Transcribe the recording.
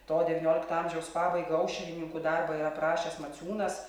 to devyniolikto amžiaus pabaigą aušrininkų darbą yra aprašęs maciūnas